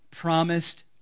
promised